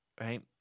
right